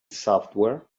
software